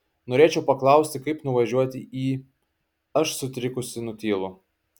norėčiau paklausti kaip nuvažiuoti į aš sutrikusi nutylu